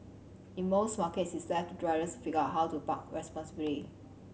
in most markets it's left to riders to figure out how to park responsibly